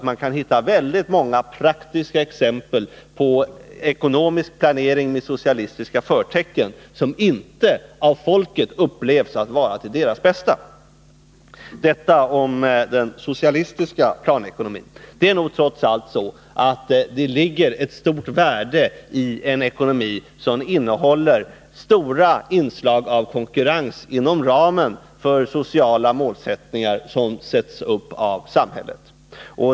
Man kan säkert finna många praktiska exempel på ekonomisk planering med socialistiska förtecken, som inte av folket upplevs att vara till deras bästa. Detta om den socialistiska planekonomin. Trots allt ligger det nog ett stort värde i en ekonomi som innehåller betydande inslag av konkurrens inom ramen för sociala målsättningar som ställs upp av samhället.